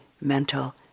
mental